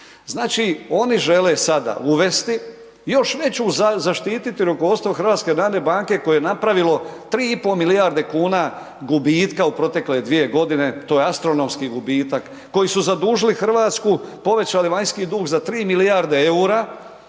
Znači, oni žele sada uvesti još veću zaštiti rukovodstvo HNB-a koje je napravilo 3,5 milijarde kuna gubitka u protekle dvije godine, to je astronomski gubitak, koji su zadužili Hrvatsku, povećali vanjski dug za 3 milijarde EUR-a